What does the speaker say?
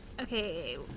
Okay